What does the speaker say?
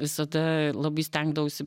visada labai stengdavausi